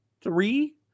three